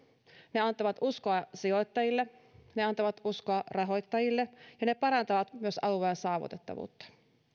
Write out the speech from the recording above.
ne antavat uskoa sijoittajille ne antavat uskoa rahoittajille ja ne parantavat myös alueen saavutettavuutta